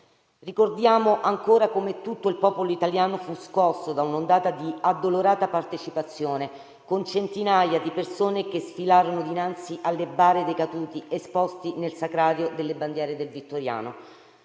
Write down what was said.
Ricordiamo ancora come tutto il popolo italiano fu scosso da un'ondata di addolorata partecipazione, con centinaia di persone che sfilarono dinanzi alle bare dei caduti esposti nel sacrario delle bandiere del Vittoriano.